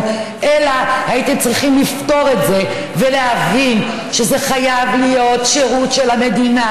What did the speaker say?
אלא הייתם צריכים לפתור את זה ולהבין שזה חייב להיות שירות של המדינה.